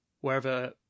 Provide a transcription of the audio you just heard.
wherever